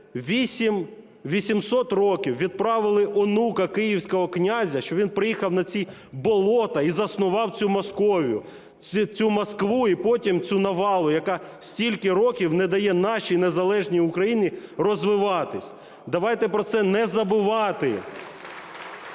800 років відправили онука Київського князя, що він приїхав на ці болота і заснував цю Московію, цю Москву і потім цю навалу, яка скільки років не дає нашій незалежній Україні розвиватися, давайте про це не забувати.